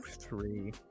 three